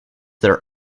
their